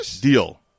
Deal